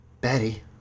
Betty